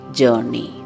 journey